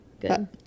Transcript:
good